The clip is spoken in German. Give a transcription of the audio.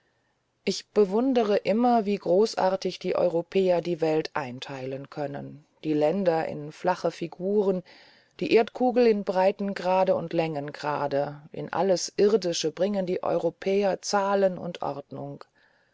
ich bewundere immer wie großartig die europäer die welt einteilen können die länder in flache figuren die erdkugel in breitengrade und längengrade in alles irdische bringen die europäer zahlen und ordnung